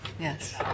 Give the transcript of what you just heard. Yes